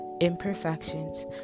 imperfections